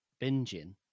binging